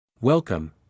Welcome